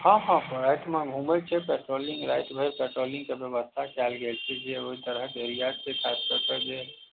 हँ हँ रातिमे घुमै छै पैट्रोलिङ्ग रातिभरि पेट्रोलिङ्गके बेबस्था कएल गेल छै जे ओहि तरहके एरिया छै खास करिके जे